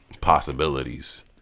possibilities